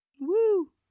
Woo